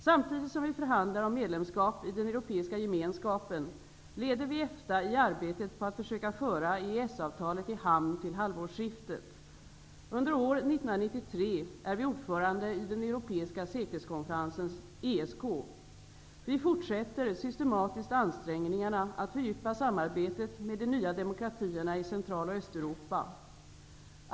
Samtidigt som vi förhandlar om medlemskap i den europeiska gemenskapen leder vi EFTA i arbetet på att försöka föra EES-avtalet i hamn till halvårsskiftet. Under år 1993 är vi ordförande i den europeiska säkerhetskonferensen ESK. Vi fortsätter systematiskt ansträngningarna att fördjupa samarbetet med de nya demokratierna i Central och Östeuropa.